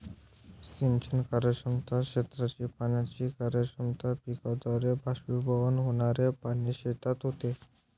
सिंचन कार्यक्षमता, क्षेत्राची पाण्याची कार्यक्षमता, पिकाद्वारे बाष्पीभवन होणारे पाणी शेतात होते